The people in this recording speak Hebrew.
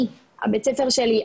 אני הבית ספר שלי,